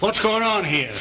what's going on here